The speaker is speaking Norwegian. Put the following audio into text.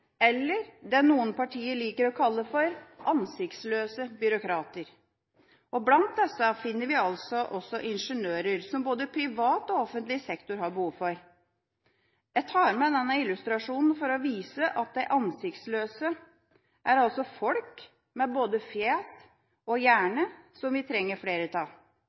eller det noen partier liker å kalle «ansiktsløse byråkrater». Blant disse finner vi også ingeniører, som både privat og offentlig sektor har behov for. Jeg tar med denne illustrasjonen for å vise at de «ansiktsløse» er folk med både fjes og hjerne, som vi trenger flere